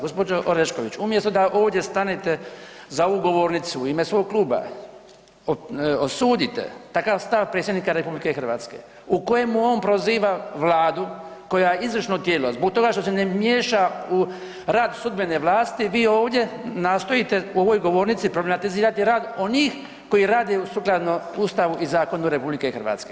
Gospođo Orešković umjesto da ovdje stane, za ovu govornicu u ime svog kluba osudite takav stav predsjednika RH u kojemu on proziva Vladu koja je izvršno tijelo zbog toga što se ne miješa u rad sudbene vlasti, vi ovdje nastojite u ovoj govornici problematizirati rad onih koji radi sukladno Ustavu i zakonu RH.